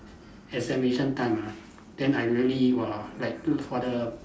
examination time ah then I really !wah! like do for the